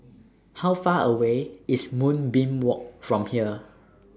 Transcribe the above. How Far away IS Moonbeam Walk from here